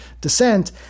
descent